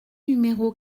numéro